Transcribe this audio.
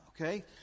okay